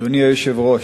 אדוני היושב-ראש,